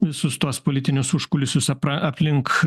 visus tuos politinius užkulisius apra aplink